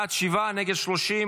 בעד, שבעה, 30 מתנגדים.